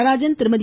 Natarajan Thirumathi